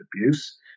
abuse